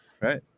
right